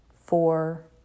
Four